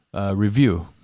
review